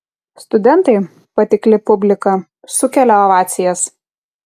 studentai patikli publika sukelia ovacijas